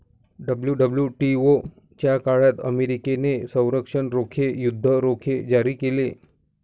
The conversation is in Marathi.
डब्ल्यू.डब्ल्यू.टी.ओ च्या काळात अमेरिकेने संरक्षण रोखे, युद्ध रोखे जारी केले